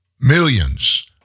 Millions